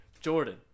Jordan